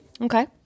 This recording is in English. Okay